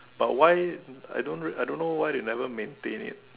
but why I don't I don't know why they never maintain it